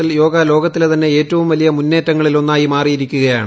അന്വേഷണത്തിൽ യോഗ ലോകത്തിനു തന്നെ ഏറ്റവും വലിയ മുന്നേറ്റങ്ങളിലൊന്നായി മാറിയിരിക്കുകയാണ്